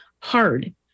hard